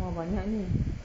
!wah! banyaknya